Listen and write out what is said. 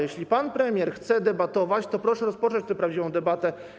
Jeśli pan premier chce debatować, to proszę rozpocząć tę prawdziwą debatę.